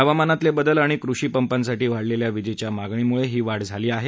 हवामानातले बदल आणि कृषी पंपांसाठी वाढलेल्या विजेच्या मागणीमुळे ही वाढ झाली आहे